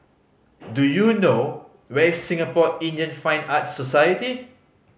do you know where is Singapore Indian Fine Arts Society